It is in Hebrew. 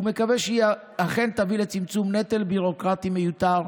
ומקווה שהיא אכן תביא לצמצום נטל ביורוקרטי מיותר,